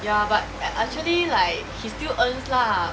ya but actually like he still earns lah